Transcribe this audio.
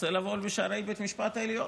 רוצה לבוא בשערי בית המשפט העליון.